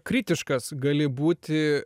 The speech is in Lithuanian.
kritiškas gali būti